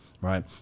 right